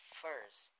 first